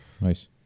Nice